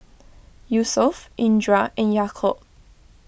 Yusuf Indra and Yaakob